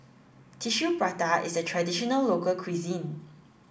Tissue Prata is a traditional local cuisine